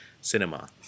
cinema